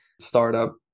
Startup